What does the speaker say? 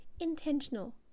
intentional